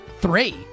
three